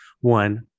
one